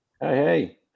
hey